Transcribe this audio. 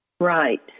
Right